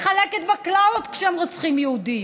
מחלקת בקלאוות כשהם רוצחים יהודים.